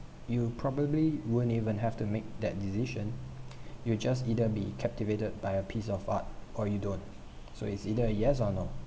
you probably won't even have to make that decision you just either be captivated by a piece of art or you don't so it's either a yes or no